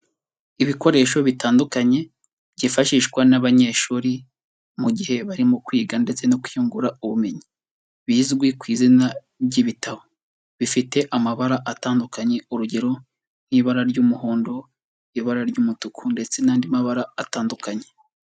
Ibikoresho bitandukanye byifashishwa n'abanyeshuri mu gihe barimo kwiga ndetse no kwiyungura ubumenyi, bizwi ku izina ry'ibitabo, bifite amabara atandukanye urugero nk'ibara ry'umuhondo, ibara ry'umutuku ndetse n'andi mabara atandukanye.